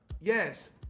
Yes